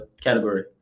category